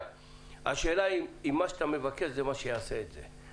השאלה אם מה שאתה מבקש זה מה שיעשה את זה.